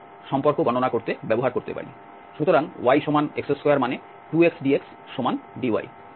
সুতরাং yx2 মানে 2xdxdy